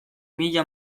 mila